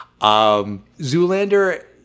Zoolander